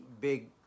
big